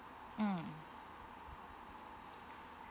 mm